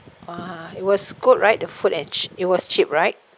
(uh huh) it was good right the food and ch~ it was cheap right